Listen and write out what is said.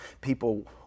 People